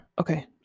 Okay